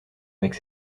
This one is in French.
avec